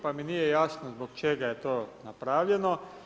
Pa mi nije jasno zbog čega je to napravljeno.